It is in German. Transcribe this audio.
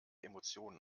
emotionen